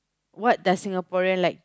what does Singaporean like